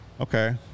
Okay